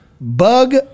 bug